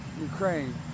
Ukraine